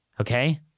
Okay